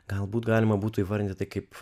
galbūt galima būtų įvardyti kaip